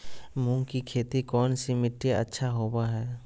मूंग की खेती कौन सी मिट्टी अच्छा होबो हाय?